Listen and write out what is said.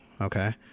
Okay